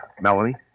Melanie